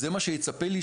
זה מה שיצפה לי?